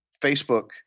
Facebook